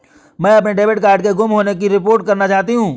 मैं अपने debit card के गुम होने की रिपोर्ट करना चाहती हूँ